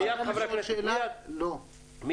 אני